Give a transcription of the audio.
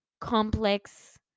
complex